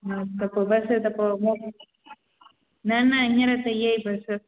हा त बसि त पोइ न न हीअंर त हीए ई बसि